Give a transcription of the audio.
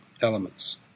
elements